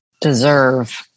deserve